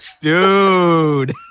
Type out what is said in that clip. Dude